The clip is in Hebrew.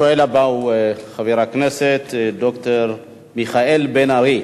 השואל הבא הוא חבר הכנסת ד"ר מיכאל בן-ארי.